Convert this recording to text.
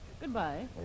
Goodbye